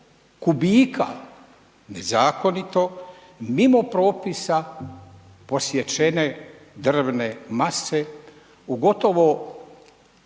nezakonito mimo propisa posjećene drvne mase u gotovo